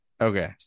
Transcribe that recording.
Okay